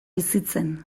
bizitzen